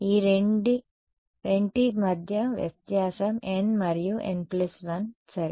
ఈ రెంటి మధ్య వ్యత్యాసం n మరియు n1 సరే